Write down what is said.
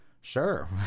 sure